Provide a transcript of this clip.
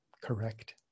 correct